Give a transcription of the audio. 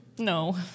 No